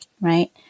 right